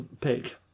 pick